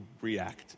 react